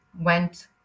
went